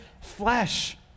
flesh